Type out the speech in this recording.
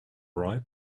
right